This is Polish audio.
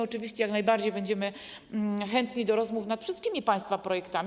Oczywiście jak najbardziej będziemy chętni do rozmów nad wszystkimi państwa projektami.